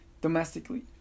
domestically